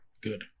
Good